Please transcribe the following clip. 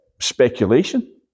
speculation